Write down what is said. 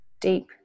deep